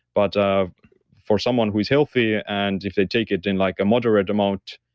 but for someone who is healthy and if they take it in like a moderate amount,